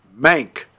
*Mank*